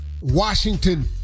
Washington